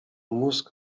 mózg